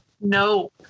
No